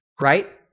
Right